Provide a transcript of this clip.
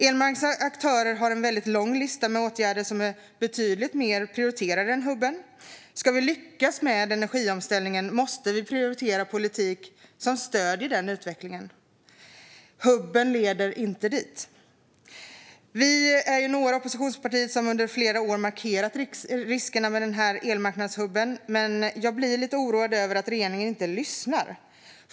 Elmarknadens aktörer har en lång lista med åtgärder som är betydligt mer prioriterade än hubben. Om vi ska lyckas med energiomställningen måste vi prioritera politik som stöder den utvecklingen. Hubben leder inte dit. Vi är några oppositionspartier som under flera år har markerat mot riskerna med elmarknadshubben, och jag blir lite oroad över att regeringen inte lyssnar.